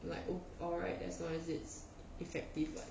like all alright as long as it's effective lah